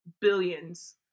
billions